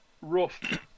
rough